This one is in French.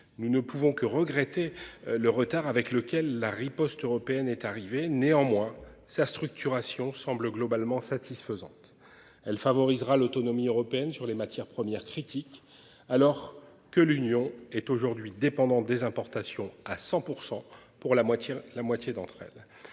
Nous ne pouvons que regretter le retard avec lequel la riposte européenne est arrivé néanmoins sa structuration semble globalement satisfaisante, elle favorisera l'autonomie européenne sur les matières premières critiques, alors que l'Union est aujourd'hui dépendants des importations à 100 pour % pour la moitié, la moitié d'entre elles.